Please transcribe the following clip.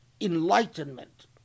enlightenment